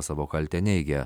savo kaltę neigia